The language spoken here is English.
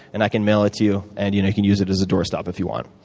and i can mail it to you and you can use it as a doorstop if you want.